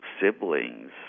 siblings